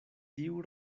tiu